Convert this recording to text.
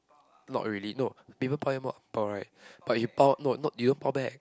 not really no people pile you more angbao right but you pile no not you don't pile back